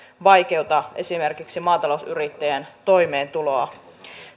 vaikeuta esimerkiksi maatalousyrittäjien toimeentuloa